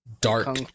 dark